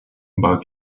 about